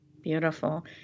Beautiful